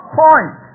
point